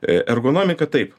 ė ergonomika taip